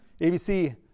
ABC